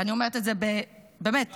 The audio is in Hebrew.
ואני אומרת את זה באמת -- בחיבה.